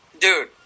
Dude